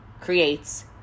creates